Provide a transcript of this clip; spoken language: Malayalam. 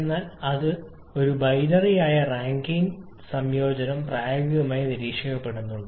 എന്നാൽ അതു ഒരു ബൈനറി ആയ റാങ്കൈൻ റാങ്കൈൻ സംയോജനം പ്രായോഗികമായി നിരീക്ഷിക്കപ്പെട്ടിട്ടുണ്ട്